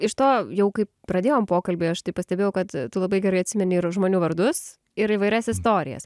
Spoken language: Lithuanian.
iš to jau kai pradėjom pokalbį aš taip pastebėjau kad tu labai gerai atsimeni ir žmonių vardus ir įvairias istorijas